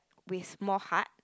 with more heart